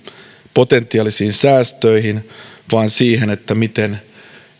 potentiaalisiin säästöihin vaan siihen miten